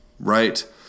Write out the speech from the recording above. right